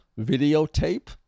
videotape